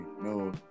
No